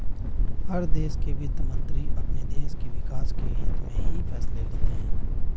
हर देश के वित्त मंत्री अपने देश के विकास के हित्त में ही फैसले लेते हैं